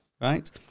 right